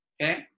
okay